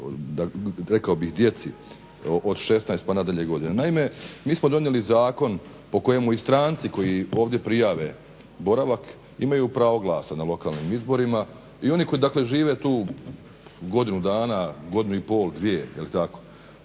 rekao bih djeci od 16 pa nadalje godina. Naime, mi smo donijeli zakon po kojemu i stranci koji ovdje prijave boravak imaju pravo glasa na lokalnim izborima. I oni koji, dakle žive tu godinu dana, godinu i pol, dvije pa ova